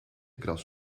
kras